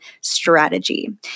strategy